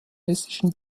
hessischen